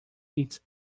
its